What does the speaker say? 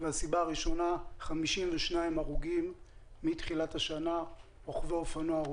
52 הרוגים מתחילת השנה בקרב רוכבי אופנוע,